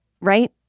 right